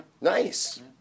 Nice